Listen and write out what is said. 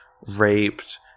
Raped